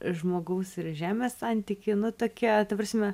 žmogaus ir žemės santykį nu tokia ta prasme